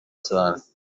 cyane